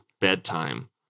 bedtime